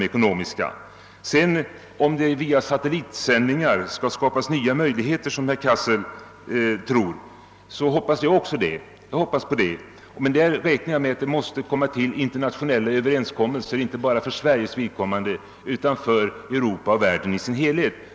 Herr Cassel tror att det via satellitsändningar skall kunna skapas nya möjligheter och jag hoppas också på detta, men jag räknar med att det då måste komma till stånd internationella överenskommelser som gäller världen i dess helhet.